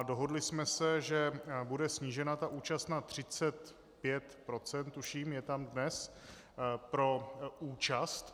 Dohodli jsme se, že bude snížena účast na 35 %, tuším, je tam dnes pro účast.